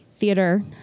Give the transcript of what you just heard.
Theater